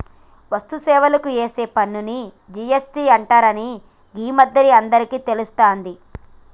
వస్తు సేవలకు ఏసే పన్నుని జి.ఎస్.టి అంటరని గీ మధ్యనే అందరికీ తెలుస్తాంది